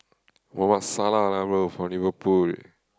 Mohamed Salah lah bro from Liverpool